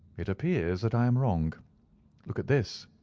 it appears that i am wrong look at this!